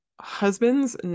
husbands